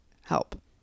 help